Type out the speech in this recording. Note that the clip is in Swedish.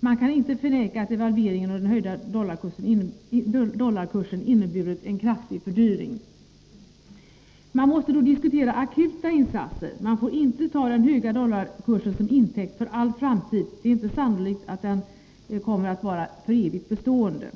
Man kan inte förneka att devalveringen och den höjda dollarkursen inneburit en kraftig fördyring. Man måste då diskutera akuta insatser. Man får dock inte ta den höga dollarkursen som intäkt för all framtid. Det är inte sannolikt att den kommer att vara för evigt bestående.